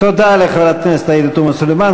תודה לחברת הכנסת עאידה תומא סלימאן.